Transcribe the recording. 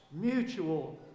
mutual